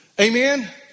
Amen